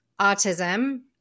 autism